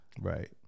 Right